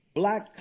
black